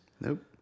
Nope